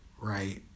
right